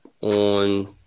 on